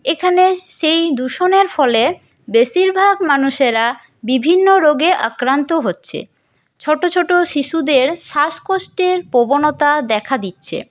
এখানে সেই দূষণের ফলে বেশিরভাগ মানুষেরা বিভিন্ন রোগে আক্রান্ত হচ্ছে ছোটো ছোটো শিশুদের শ্বাসকষ্টের প্রবণতা দেখা দিচ্ছে